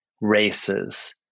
races